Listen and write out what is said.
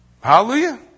Hallelujah